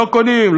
לא קונים,